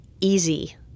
easy